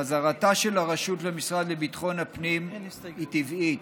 חזרתה של הרשות למשרד לביטחון הפנים היא טבעית,